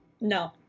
No